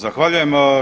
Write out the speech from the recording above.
Zahvaljujem.